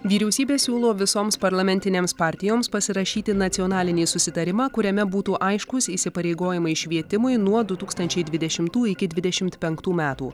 vyriausybė siūlo visoms parlamentinėms partijoms pasirašyti nacionalinį susitarimą kuriame būtų aiškūs įsipareigojimai švietimui nuo du tūkstančiai dvidešimtų iki dvidešimt penktų metų